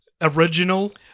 original